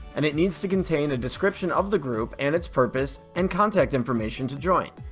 and it needs to contain a description of the group and its purpose and contact information to join.